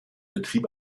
betrieb